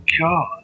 God